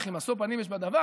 וכי משוא פנים יש בדבר,